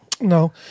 No